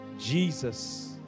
Jesus